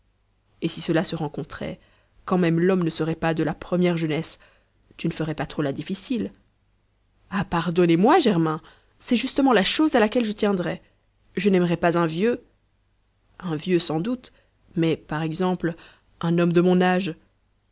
et si cela se rencontrait quand même l'homme ne serait pas de la première jeunesse tu ne ferais pas trop la difficile ah pardonnez-moi germain c'est justement la chose à laquelle je tiendrais je n'aimerais pas un vieux un vieux sans doute mais par exemple un homme de mon âge